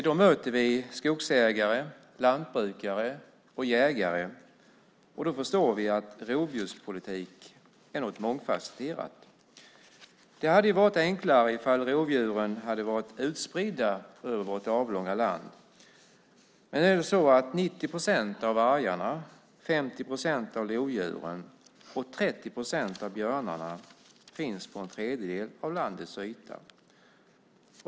Då möter vi skogsägare, lantbrukare och jägare och förstår att rovdjurspolitik är mångfasetterad. Det hade varit enklare ifall rovdjuren hade varit utspridda över vårt avlånga land. 90 procent av vargarna, 50 procent av lodjuren och 30 procent av björnarna finns på en tredjedel av landets yta.